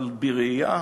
אבל בראייה